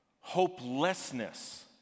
Hopelessness